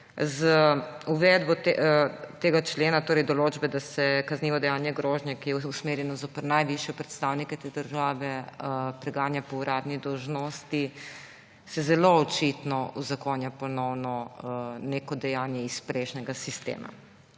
Z uvedbo tega člena, torej določbe, da se kaznivo dejanje grožnje, ki je usmerjeno zoper najvišje predstavnike te države, preganja po uradni dolžnosti, se zelo očitno uzakonja ponovno neko dejanje iz prejšnjega sistema.